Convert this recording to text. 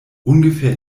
ungefähr